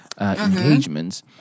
engagements